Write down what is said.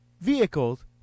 vehicles